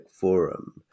forum